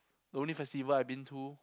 the only festival I've been to